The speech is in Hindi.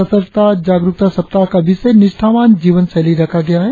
सतर्कता जागरुकता सप्ताह का विषय निष्ठावान जीवन शैली रखा गया है